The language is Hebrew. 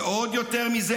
ועוד יותר מזה,